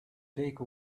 take